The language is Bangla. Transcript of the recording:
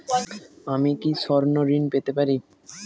আমি কি স্বর্ণ ঋণ পেতে পারি?